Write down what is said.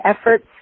efforts